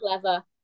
clever